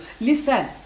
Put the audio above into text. listen